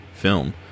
film